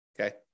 Okay